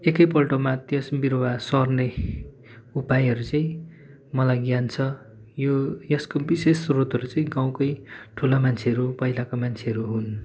एकैपल्टमा त्यस बिरुवा सर्ने उपायहरू चाहिँ मलाई ज्ञान छ यो यसको विशेष स्रोतहरू चाहिँ गाउँकै ठुला मान्छेहरू पहिलाको मान्छेहरू हुन्